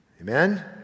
Amen